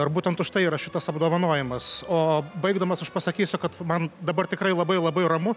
ar būtent už tai yra šitas apdovanojimas o baigdamas aš pasakysiu kad man dabar tikrai labai labai ramu